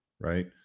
right